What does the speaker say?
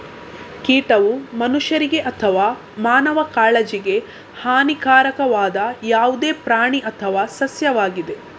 ಕೀಟವು ಮನುಷ್ಯರಿಗೆ ಅಥವಾ ಮಾನವ ಕಾಳಜಿಗೆ ಹಾನಿಕಾರಕವಾದ ಯಾವುದೇ ಪ್ರಾಣಿ ಅಥವಾ ಸಸ್ಯವಾಗಿದೆ